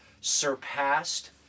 surpassed